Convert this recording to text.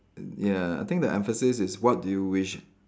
ya I think the emphasis is what do you wish